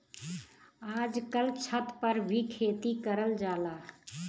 आजकल छत पर भी खेती करल जाला